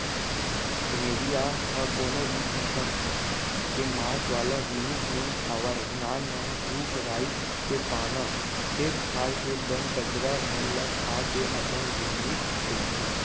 भेड़िया ह कोनो भी किसम के मांस वाला जिनिस नइ खावय नान नान रूख राई के पाना, खेत खार के बन कचरा मन ल खा के अपन जिनगी चलाथे